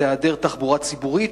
זה היעדר התחבורה הציבורית,